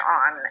on